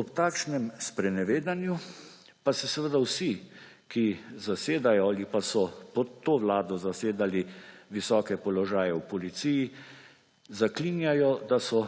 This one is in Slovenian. Ob takšnem sprenevedanju pa se seveda vsi, ki zasedajo ali pa so pod to vlado zasedali visoke položaje v policiji, zaklinjajo, da so